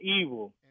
Evil